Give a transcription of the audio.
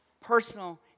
personal